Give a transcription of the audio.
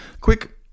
Quick